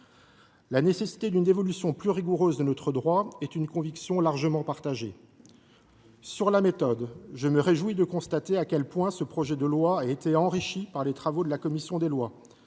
La nécessité d’une évolution plus rigoureuse de notre droit est une conviction largement partagée. Sur la méthode, je me réjouis de constater à quel point ce projet de loi a été enrichi par les travaux de la commission des lois,